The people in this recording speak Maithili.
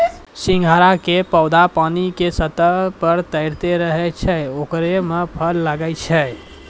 सिंघाड़ा के पौधा पानी के सतह पर तैरते रहै छै ओकरे मॅ फल लागै छै